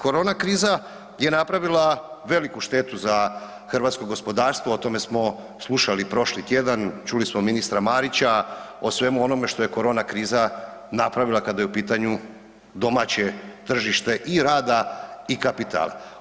Korona kriza je napravila veliku štetu za hrvatsko gospodarstvo, o tome smo slušali prošli tjedan, čuli smo ministra Marića o svemu onome što je korona kriza napravila kada je u pitanju domaće tržište i rada i kapitala.